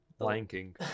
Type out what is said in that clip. Blanking